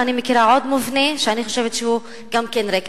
ואני מכירה עוד מבנה שאני חושבת שהוא גם כן ריק.